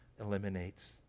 eliminates